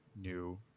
new